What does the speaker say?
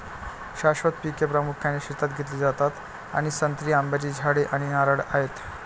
शाश्वत पिके प्रामुख्याने शेतात घेतली जातात आणि संत्री, आंब्याची झाडे आणि नारळ आहेत